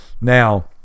now